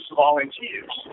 volunteers